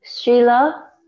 Shila